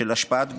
של השפעת גומלין.